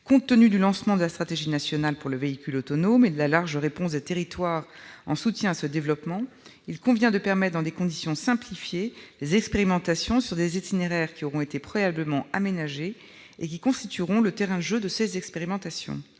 Compte tenu du lancement de la stratégie nationale pour le véhicule autonome et de la large réponse des territoires en soutien à ce développement, il convient de permettre, dans des conditions simplifiées, les expérimentations sur des itinéraires qui auront été préalablement aménagés et en constitueront le terrain de jeu. Par cohérence